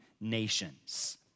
nations